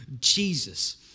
Jesus